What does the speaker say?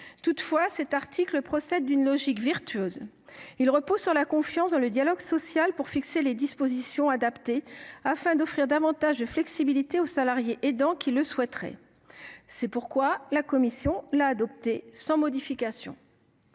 Toutefois, cet article procède d’une logique vertueuse. Il repose sur la confiance dans le dialogue social pour fixer les dispositions adaptées, afin d’offrir davantage de flexibilité aux salariés aidants. C’est pourquoi la commission l’a adopté sans modification.